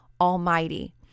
Almighty